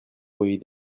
voyez